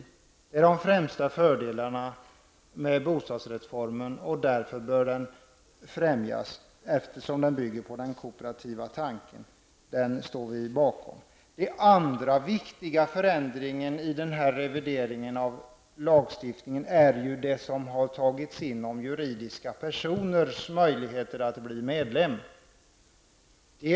Det är de främsta fördelarna med bostadsrättsformen, och den bör främjas eftersom den bygger på den kooperativa tanken. Den tanken står vi bakom. Den andra viktiga förändringen i revideringen av lagstiftningen gäller det som har tagits upp om juridiska personers möjligheter att bli medlemmar.